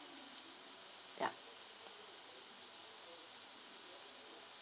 yup